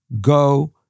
go